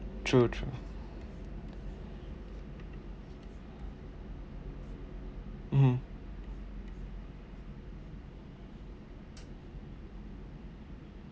true true mmhmm